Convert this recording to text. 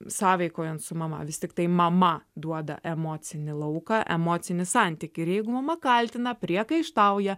sąveikaujant su mama vis tiktai mama duoda emocinį lauką emocinį santykį ir jeigu mama kaltina priekaištauja